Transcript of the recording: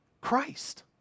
Christ